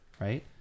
right